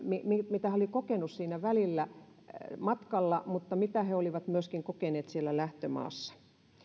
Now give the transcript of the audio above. mitä he olivat kokeneet siinä matkalla mutta myöskin mitä he olivat kokeneet siellä lähtömaassa